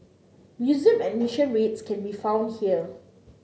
museum admission rates can be found here